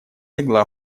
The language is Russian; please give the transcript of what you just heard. легла